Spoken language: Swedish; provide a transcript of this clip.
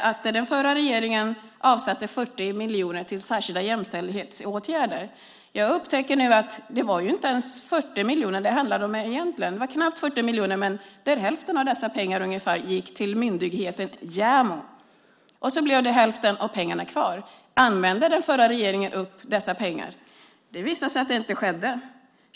Den förra regeringen avsatte 40 miljoner till särskilda jämställdhetsåtgärder. Men jag upptäckte att det egentligen inte var 40 miljoner, för hälften av dessa pengar gick till myndigheten JämO. Bara hälften av pengarna blev kvar. Använde den förra regeringen upp dessa pengar? Det visar sig att så inte skedde.